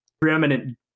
preeminent